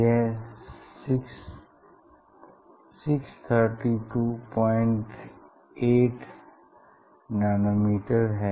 यह 6328 nm है